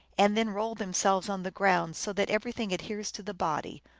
and then roll themselves on the ground, so that everything adheres to the body,